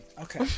Okay